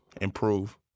improve